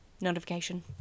notification